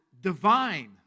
divine